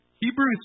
Hebrews